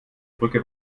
brücke